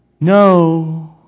No